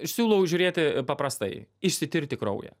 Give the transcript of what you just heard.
siūlau žiūrėti paprastai išsitirti kraują